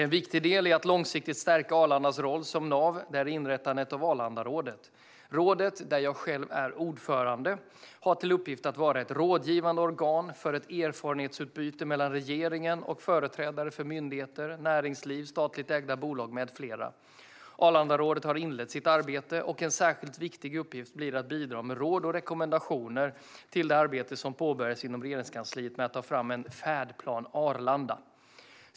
En viktig del i att långsiktigt stärka Arlandas roll som nav är inrättandet av Arlandarådet. Rådet, där jag själv är ordförande, har till uppgift att vara ett rådgivande organ för erfarenhetsutbyte mellan regeringen och företrädare för myndigheter, näringsliv, statligt ägda bolag med flera. Arlandarådet har inlett sitt arbete. En särskilt viktig uppgift blir att bidra med råd och rekommendationer till det arbete som påbörjats inom Regeringskansliet med att ta fram en "färdplan Arlanda".